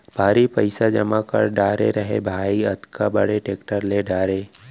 भारी पइसा जमा कर डारे रहें भाई, अतका बड़े टेक्टर ले डारे